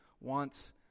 wants